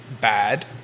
bad